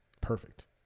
perfect